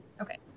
Okay